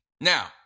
Now